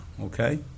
Okay